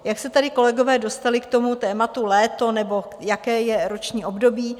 Jak se tady kolegové dostali k tématu léto nebo jaké je roční období.